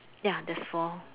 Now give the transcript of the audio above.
ya there's four